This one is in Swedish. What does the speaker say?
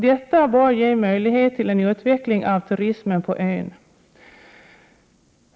Detta bör ge möjlighet till en utveckling av turismen på ön.